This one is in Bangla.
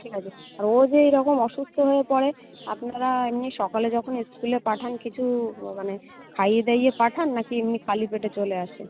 ঠিক আছে আর ও যে এইরকম অসুস্থ হয়ে পড়ে আপনারা এমনি সকালে যখন স্কুলে পাঠান কিছু মানে খাইয়ে দাইয়ে পাঠান না কি এমনি খালি পেটে চলে আসে